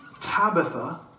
Tabitha